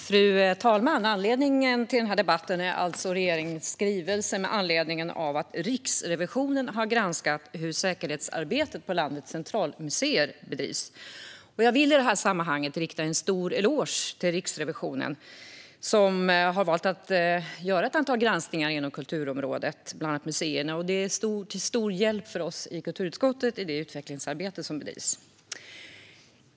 Fru talman! Anledningen till den här debatten är alltså regeringens skrivelse med anledning av att Riksrevisionen har granskat hur säkerhetsarbetet på landets centralmuseer bedrivs. Jag vill i sammanhanget rikta en stor eloge till Riksrevisionen, som har valt att göra ett antal granskningar inom kulturområdet, bland annat när det gäller museerna. Det är till stor hjälp för oss i kulturutskottet i det utvecklingsarbete som bedrivs.